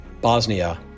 Bosnia